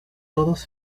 todos